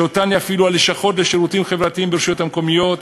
שאותן יפעילו הלשכות לשירותים חברתיים ברשויות המקומיות,